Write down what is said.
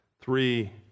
three